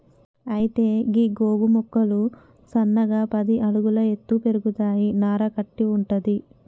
అయితే గీ గోగు మొక్కలు సన్నగా పది అడుగుల ఎత్తు పెరుగుతాయి నార కట్టి వుంటది